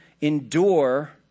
endure